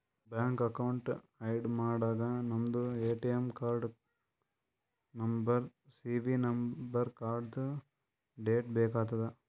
bank account add ಮಾಡಾಗ ನಮ್ದು ATM ಕಾರ್ಡ್ದು ನಂಬರ್ ಸಿ.ವಿ ನಂಬರ್ ಕಾರ್ಡ್ದು ಡೇಟ್ ಬೇಕ್ ಆತದ್